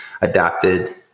adapted